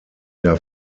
der